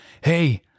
Hey